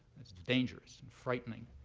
it's dangerous and frightening.